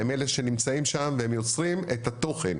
הם אלה שנמצאים שם והם יוצרים את התוכן.